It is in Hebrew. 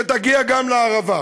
שתגיע גם לערבה,